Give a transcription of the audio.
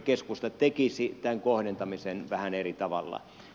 keskusta tekisi tämän kohdentamisen vähän eri tavalla